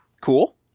cool